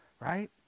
Right